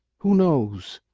who knows,